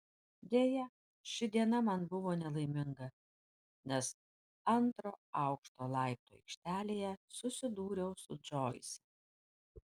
deja ši diena man buvo nelaiminga nes antro aukšto laiptų aikštelėje susidūriau su džoise